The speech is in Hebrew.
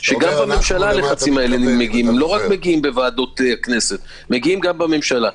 שמגיעים מהממשלה - לא רק בוועדות הכנסת; מגיעים גם בממשלה.